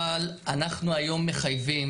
אבל אנחנו היום מחייבים,